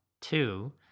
two